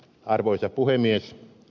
arvoisa puhemies